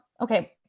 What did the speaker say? okay